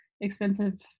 expensive